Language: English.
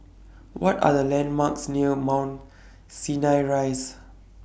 What Are The landmarks near Mount Sinai Rise